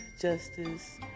justice